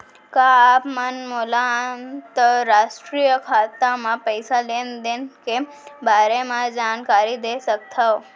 का आप मन मोला अंतरराष्ट्रीय खाता म पइसा लेन देन के बारे म जानकारी दे सकथव?